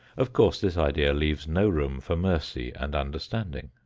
of course this idea leaves no room for mercy and understanding.